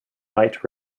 light